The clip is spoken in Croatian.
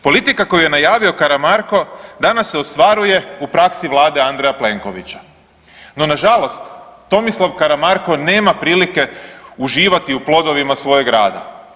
Politika koju je najavio Karamarko danas se ostvaruje u praksi Vlade Andreja Plenovića, no nažalost Tomislav Karamarko nema prilike uživati u plodovima svojeg rada.